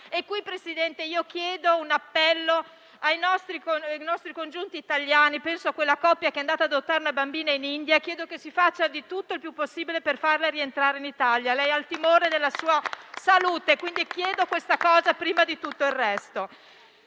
Signor Presidente, faccio un appello per i nostri connazionali italiani: penso a quella coppia che è andata ad adottare una bambina in India, affinché si faccia tutto il più possibile per farli rientrare in Italia. Lei teme per la sua salute, quindi faccio questa richiesta prima di tutto il resto.